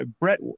Brett